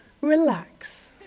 relax